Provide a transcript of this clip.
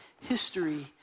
history